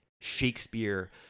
Shakespeare